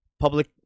public